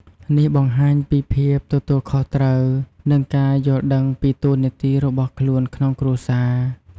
នេះបង្ហាញពីភាពទទួលខុសត្រូវ និងការយល់ដឹងពីតួនាទីរបស់ខ្លួនក្នុងគ្រួសារ។